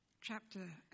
chapter